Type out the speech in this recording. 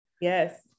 Yes